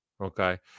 Okay